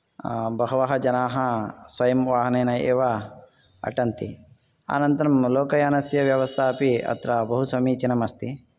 बहवः जनाः स्वयं वाहनेन एव अटन्ति अनन्तरं लोकयानस्य व्यवस्था अपि अत्र बहु समीचिनम् अस्ति